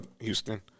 Houston